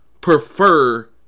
prefer